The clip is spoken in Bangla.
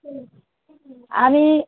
আমি